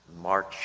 March